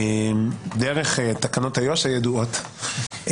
דרך תקנות איו"ש הידועות,